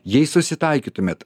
jei susitaikytumėt